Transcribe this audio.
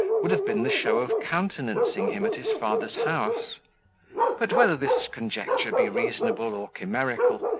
would have been the show of countenancing him at his father's house but, whether this conjecture be reasonable or chimerical,